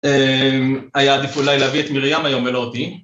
היה עדיף אולי להביא את מרים היום ולא אותי